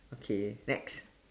okay next